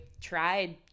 tried